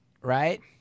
right